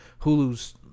hulu's